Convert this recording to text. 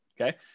Okay